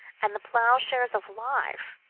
and the ploughshares of life,